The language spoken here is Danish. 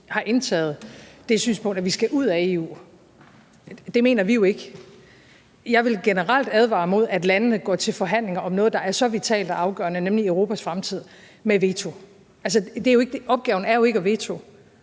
har indtaget det synspunkt, at vi skal ud af EU, og det mener vi jo ikke. Jeg vil generelt advare imod, at EU's medlemslande går til forhandlinger om noget, der er så vitalt og afgørende, nemlig Europas fremtid, med et veto. Opgaven er jo ikke at vetoe,